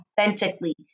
authentically